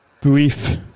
brief